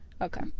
Okay